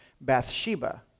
Bathsheba